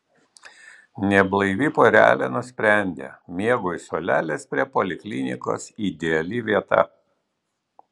neblaivi porelė nusprendė miegui suolelis prie poliklinikos ideali vieta